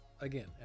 again